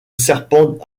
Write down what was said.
serpent